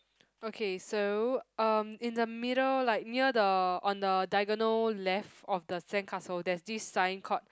okay so um in the middle like near the on the diagonal left of the sandcastle there's this sign called